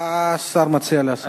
מה השר מציע לעשות?